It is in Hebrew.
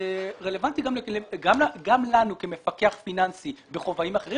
שרלוונטי גם לנו כמפקח פיננסי בכובעים אחרים